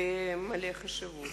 ומלא חשיבות.